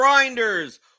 Grinders